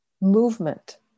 movement